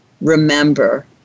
Remember